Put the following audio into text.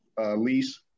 lease